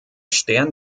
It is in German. stern